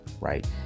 Right